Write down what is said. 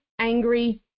angry